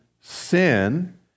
sin